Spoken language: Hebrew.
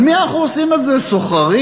על מי אנחנו עושים את זה, סוחרים?